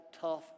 tough